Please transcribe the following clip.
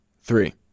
three